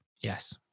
Yes